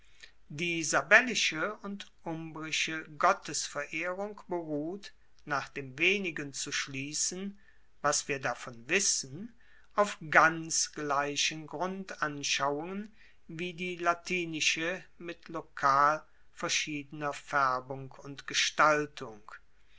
die sabellische und umbrische gottesverehrung beruht nach dem wenigen zu schliessen was wir davon wissen auf ganz gleichen grundanschauungen wie die latinische mit lokal verschiedener faerbung und gestaltung